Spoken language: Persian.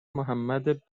محمد